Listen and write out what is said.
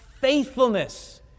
faithfulness